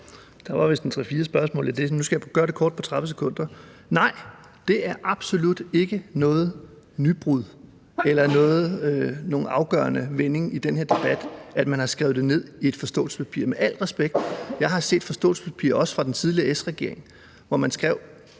Der var vist tre-fire spørgsmål i det, og nu skal jeg gøre det kort på 30 sekunder. Nej, det er absolut ikke noget nybrud eller nogen afgørende vending i den her debat, at man har skrevet det ned i et forståelsespapir, med al respekt. Jeg har set et forståelsespapir, også fra den tidligere S-regering, hvor man skrev